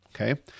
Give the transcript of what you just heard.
Okay